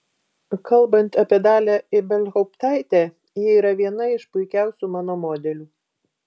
kalbant apie dalią ibelhauptaitę ji yra viena iš puikiausių mano modelių